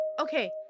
Okay